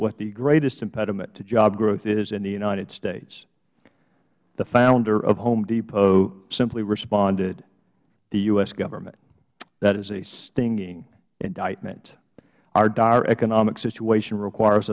what the greatest impediment to job growth is in the united states the founder of home depot simply responded the u s government that is a stinging indictment our dire economic situation requires